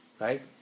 right